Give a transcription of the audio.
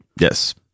Yes